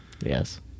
Yes